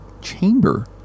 chamber